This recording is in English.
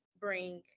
Bring